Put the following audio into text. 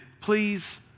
Please